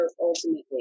ultimately